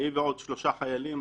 היא ועוד שלושה חיילים,